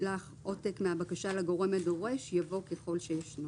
ישלח עותק מהבקשה לגורם הדורש" יבוא "ככל שישנו".